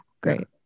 Great